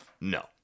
no